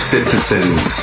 citizens